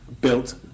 built